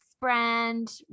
brand